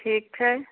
ठीक छै